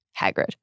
Hagrid